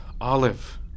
Olive